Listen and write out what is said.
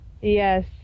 Yes